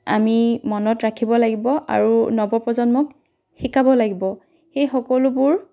আমি মনত ৰাখিব লাগিব আৰু নৱপ্ৰজন্মক শিকাব লাগিব এই সকলোবোৰ